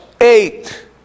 eight